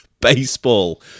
baseball